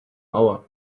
hour